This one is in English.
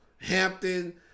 Hampton